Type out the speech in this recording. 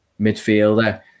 midfielder